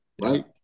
right